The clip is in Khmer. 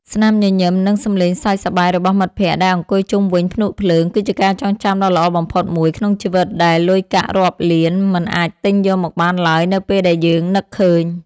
ស្នាមញញឹម និង សំឡេងសើចសប្បាយរបស់មិត្តភក្តិដែលអង្គុយជុំវិញភ្នក់ភ្លើងគឺជាការចងចាំដ៏ល្អបំផុតមួយក្នុងជីវិតដែលលុយកាក់រាប់លានមិនអាចទិញយកមកបានឡើយនៅពេលដែលយើងនឹកឃើញ។